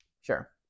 sure